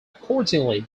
accordingly